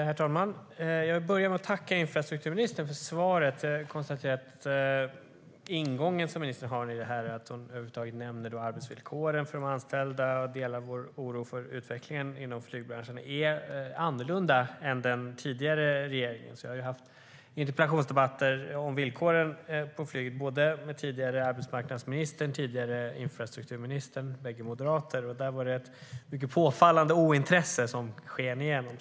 Herr talman! Jag vill börja med att tacka infrastrukturministern för svaret. Jag konstaterar att den ingång som ministern har, att hon nämner arbetsvillkoren för de anställda och delar vår oro för utvecklingen inom flygbranschen, är annorlunda än den tidigare regeringens. Jag har haft interpellationsdebatter om villkoren för flyget med såväl den tidigare arbetsmarknadsministern som den tidigare infrastrukturministern, båda moderater, och då var det ett påfallande ointresse som sken igenom.